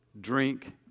drink